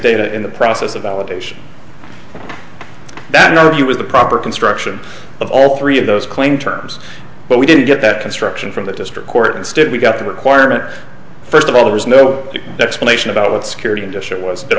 data in the process of validation that neither of you is the proper construction of all three of those claim terms but we didn't get that construction from the district court instead we got the requirement first of all there was no explanation about what security industry was at